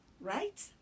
right